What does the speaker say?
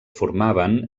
formaven